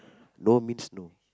no means no